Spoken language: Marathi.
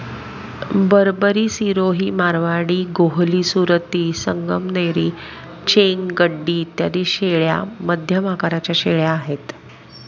बरबरी, सिरोही, मारवाडी, गोहली, सुरती, संगमनेरी, चेंग, गड्डी इत्यादी शेळ्या मध्यम आकाराच्या शेळ्या आहेत